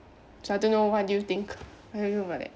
so I don't know what do you think I don't know about that